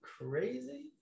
crazy